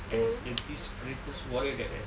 as this greatest warrior that they have